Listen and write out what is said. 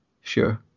Sure